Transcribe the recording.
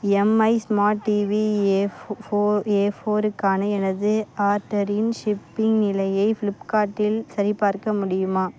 Mi smart TV A four A ஃபோருக்கான எனது ஆர்டரின் ஷிப்பிங் நிலையை ஃப்ளிப்கார்ட்டில் சரிபார்க்க முடியுமா